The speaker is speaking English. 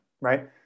right